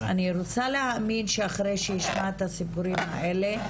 אני רוצה להאמין שאחרי שישמע את הסיפורים האלה,